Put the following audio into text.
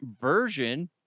version